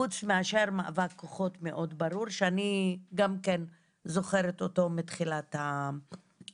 חוץ מאשר מאבק כוחות מאוד ברור שאני גם כן זוכרת אותו מתחילת המאבק.